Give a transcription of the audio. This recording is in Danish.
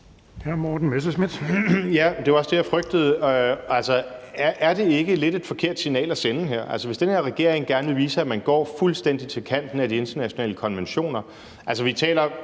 Er det ikke et lidt forkert signal at sende, hvis den her regering gerne vil vise, at man går helt til kanten af de internationale konventioner?